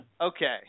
Okay